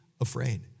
afraid